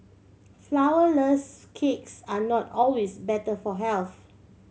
flowerless cakes are not always better for health